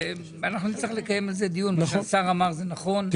ואנחנו נצטרך לקיים על זה דיון מה שהשר אמר זה נכון,